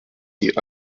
die